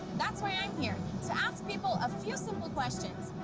that's why i'm here, to ask people a few simple questions.